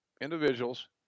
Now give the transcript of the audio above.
individuals